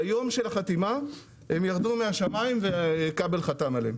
ביום של החתימה הן ירדו מן השמיים וחבר הכנסת איתן כבל חתם עליהן.